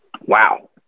Wow